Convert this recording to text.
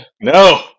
No